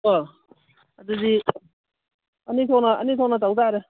ꯑꯣ ꯑꯗꯨꯗꯤ ꯑꯅꯤ ꯊꯣꯛꯅ ꯇꯧꯇꯔꯦ